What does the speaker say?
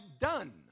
done